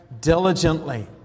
diligently